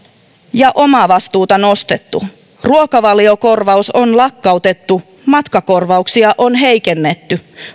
ja omavastuuta nostettu ruokavaliokorvaus on lakkautettu matkakorvauksia on heikennetty